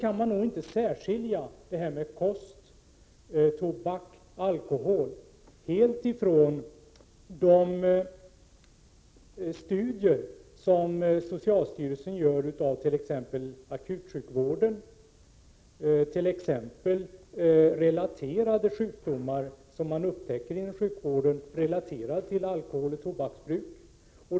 Man kan inte särskilja kostvanor och konsumtionen av tobak och alkohol från de studier som socialstyrelsen gör av t.ex. akutsjukvården. Det rör bl.a. sjukdomar som man inom sjukvården upptäcker är relaterade till bruk av alkohol och tobak.